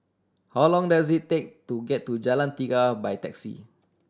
how long does it take to get to Jalan Tiga by taxi